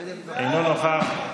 אינו נוכח,